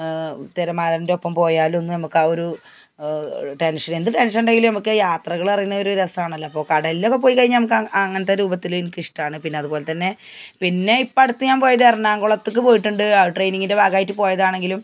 തിരമാലേന്റൊപ്പം പോയാലൊന്നും നമുക്ക് ആ ഒരു ടെൻഷൻ എന്ത് ടെൻഷൻ ഉണ്ടെങ്കിലും നമുക്ക് യാത്രകളെന്നു പറയുന്നത് ഒരു രസമാണല്ലോ അപ്പോള് കടലിലൊക്കെ പോയിക്കഴിഞ്ഞാല് നമുക്ക് അങ്ങനെ രൂപത്തില് എനിക്ക് ഇഷ്ടമാണ് പിന്നെ അതുപോലെ തന്നെ പിന്നെ ഇപ്പോള് അടുത്ത് ഞാൻ പോയത് എറണാകുളത്തേക്കു പോയിട്ടുണ്ട് ട്രെയിനിങ്ങിൻറ്റെ ഭാഗമായിട്ട് പോയതാണെങ്കിലും